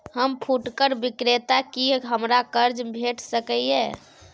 हम फुटकर विक्रेता छी, हमरा कर्ज भेट सकै ये?